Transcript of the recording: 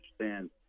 understand